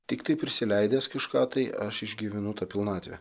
tiktai prisileidęs kažką tai aš išgyvenu tą pilnatvę